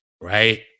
right